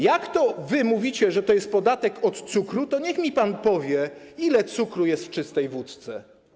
Jak wy mówicie, że jest to podatek od cukru, to niech mi pan powie: Ile cukru jest w czystej wódce?